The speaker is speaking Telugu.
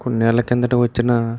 కొన్నేళ్ళ కిందట వచ్చిన